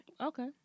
Okay